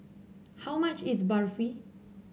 how much is Barfi